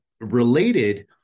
related